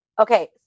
Okay